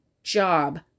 job